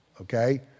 okay